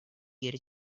geri